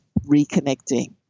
reconnecting